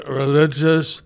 religious